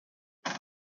tres